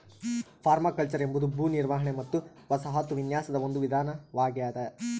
permaculture ಎಂಬುದು ಭೂ ನಿರ್ವಹಣೆ ಮತ್ತು ವಸಾಹತು ವಿನ್ಯಾಸದ ಒಂದು ವಿಧಾನವಾಗೆದ